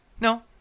No